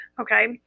Okay